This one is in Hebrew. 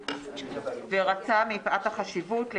מיוחד מפאת החשיבות,